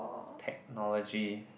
technology